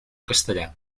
castellà